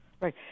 Right